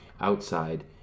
outside